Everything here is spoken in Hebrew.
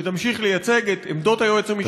ותמשיך לייצג את עמדות היועץ המשפטי,